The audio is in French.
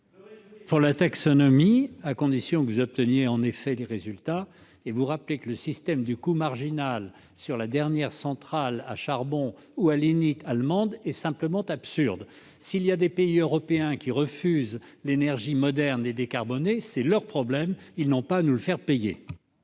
la taxonomie, à condition que vous obteniez en effet des résultats. Je vous rappelle que le système du coût marginal calculé sur la dernière centrale à charbon ou à lignite allemande est simplement absurde. S'il y a des pays européens qui refusent l'énergie moderne et décarbonée, c'est leur problème, et ils n'ont pas à nous le faire payer